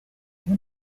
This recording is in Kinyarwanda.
ubu